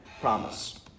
promise